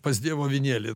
pas dievo avinėlį